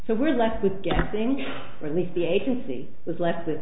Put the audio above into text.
so we're left with guessing or at least the agency was left with